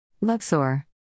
Luxor